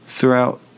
Throughout